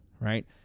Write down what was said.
right